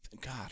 God